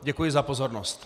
Děkuji za pozornost.